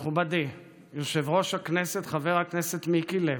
מכובדי יושב-ראש הכנסת חבר הכנסת מיקי לוי,